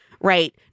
right